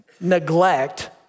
neglect